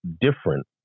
different